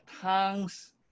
tongues